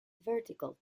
vertical